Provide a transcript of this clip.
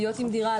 להיות בדירה,